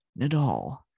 Nadal